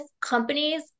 Companies